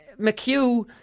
McHugh